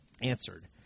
answered